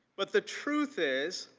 but the truth is,